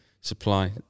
supply